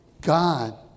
God